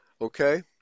Okay